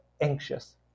anxious